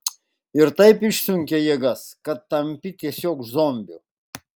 ir taip išsunkia jėgas kad tampi tiesiog zombiu